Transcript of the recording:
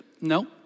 no